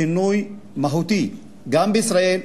שינוי מהותי גם בישראל,